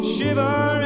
Shiver